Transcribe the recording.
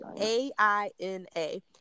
A-I-N-A